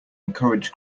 encourage